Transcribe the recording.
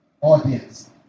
audience